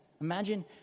Imagine